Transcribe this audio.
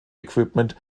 equipment